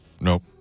Nope